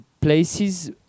places